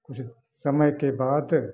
कुछ समय के बाद